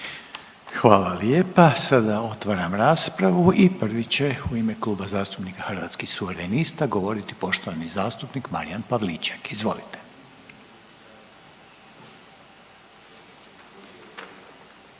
Hvala lijepa. Sada otvaram raspravu i prvi će u ime Kluba zastupnika Hrvatskih suverenista govoriti poštovani zastupnik Marijan Pavliček. Izvolite.